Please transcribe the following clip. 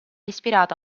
ispirata